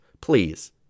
Please